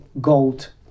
gold